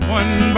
one